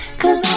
cause